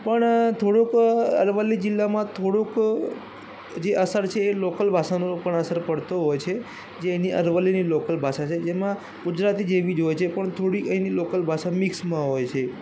પણ થોડુંક અરવલ્લી જિલ્લામાં થોડુંક જે અસર છે એ લોકલ ભાષાનો પણ અસર પડતો હોય છે જે એની અરવલ્લીની લોકલ ભાષા છે જેમાં ગુજરાતી જેવી જ હોય છે પણ થોડી એની લોકલ ભાષા મિક્સમાં હોય છે